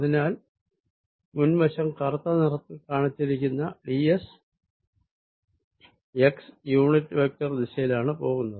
അതിനാൽ മുൻവശം കറുത്ത നിറത്തിൽ കാണിച്ചിരിക്കുന്നുd s xയൂണിറ്റ് വെക്ടർ ദിശയിലാണ് പോകുന്നത്